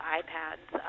iPads